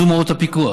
זו מהות הפיקוח.